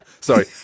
Sorry